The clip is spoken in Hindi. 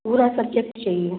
पूरे सब्जेक्ट चाहिए